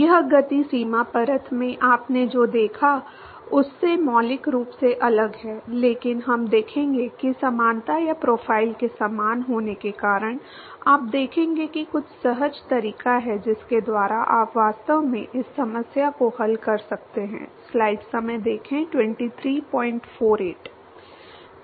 यह गति सीमा परत में आपने जो देखा उससे मौलिक रूप से अलग है लेकिन हम देखेंगे कि समानता या प्रोफ़ाइल के समान होने के कारण आप देखेंगे कि कुछ सहज तरीका है जिसके द्वारा आप वास्तव में इस समस्या को हल कर सकते हैं